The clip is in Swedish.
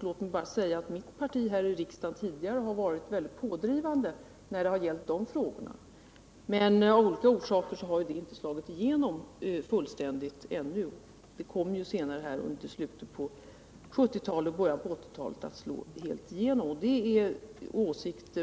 Låt mig bara säga att mitt parti tidigare varit mycket pådrivande här i riksdagen när det gällt denna fråga. Av olika orsaker har dessa regler icke slagit igenom fullständigt ännu, men de kommer att göra det i slutet av 1970 talet och i början av 1980-talet.